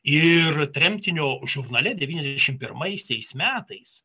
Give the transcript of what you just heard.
ir tremtinio žurnale devyniasdešimt pirmaisiais metais